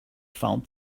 found